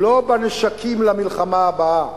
לא בנשקים למלחמה הבאה